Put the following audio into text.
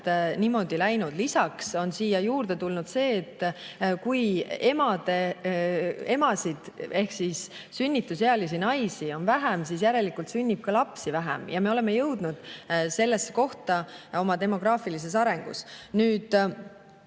niimoodi läinud. Lisaks on juurde tulnud see, et kui emasid ehk siis sünnitusealisi naisi on vähem, siis järelikult sünnib ka lapsi vähem. Me oleme jõudnud sellesse kohta oma demograafilises arengus. Meie